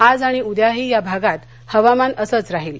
आज आणि उद्याही या भागात हवामान असंच राहील